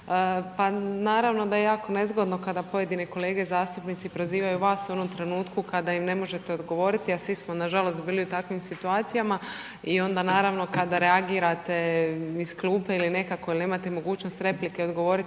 Pa naravno da je jako nezgodno kada pojedine kolege zastupnici prozivaju vas i u onom trenutku kada im ne možete odgovoriti, a svi smo nažalost bili u takvim situacijama i onda naravno kada reagirate iz klupe ili nekako jel nemate mogućnost replike i odgovoriti